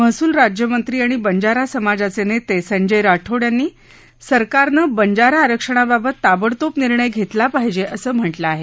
महसुल राज्यमंत्री आणि बंजारा समाजाचे नेते संजय राठोड यांनी सरकारनं बंजारा आरक्षणाबाबत ताबडतोब निर्णय घेतला पाहिजे असं म्हटलं आहे